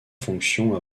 fonctions